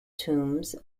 tombs